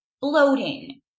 bloating